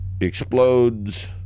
explodes